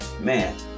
Man